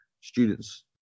students